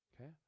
okay